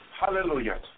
Hallelujah